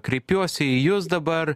kreipiuosi į jus dabar